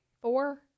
four